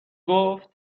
گفت